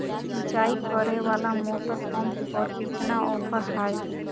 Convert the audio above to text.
सिंचाई करे वाला मोटर पंप पर कितना ऑफर हाय?